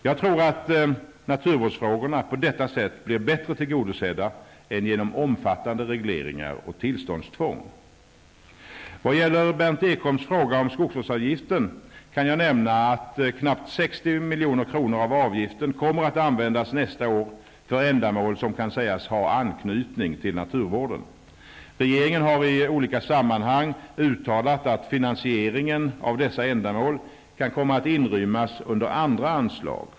Jag tror att naturvårdsfrågorna på detta sätt blir bättre tillgodosedda än genom omfattande regleringar och tillståndstvång. Vad gäller Berndt Ekholms fråga om skogsvårdsavgiften kan jag nämna att knappt 60 milj.kr. av avgiften kommer att användas nästa år för ändamål som kan sägas ha anknytning till naturvården. Regeringen har i olika sammanhang uttalat att finansieringen av dessa ändamål kan komma att inrymmas under andra anslag.